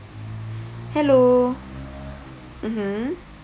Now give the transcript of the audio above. hello mmhmm